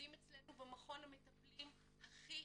עובדים אצלנו במכון המטפלים הכי